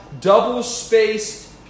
double-spaced